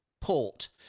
port